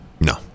no